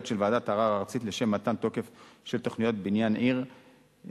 של ועדת ערר ארצית לשם מתן תוקף של תוכניות בניין עיר "הפרסה"